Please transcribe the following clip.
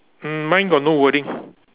mm mine got no wording